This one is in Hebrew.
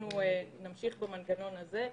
אנחנו נמשיך במנגנון הזה.